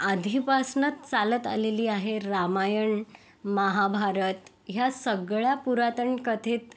आधीपासनंच चालत आलेली आहे रामायण महाभारत ह्या सगळ्या पुरातन कथेत